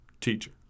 Teacher